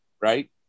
right